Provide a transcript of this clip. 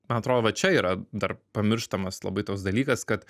man atrodo va čia yra dar pamirštamas labai toks dalykas kad